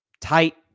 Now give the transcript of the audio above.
tight